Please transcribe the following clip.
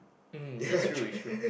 mm is true is true